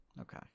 Okay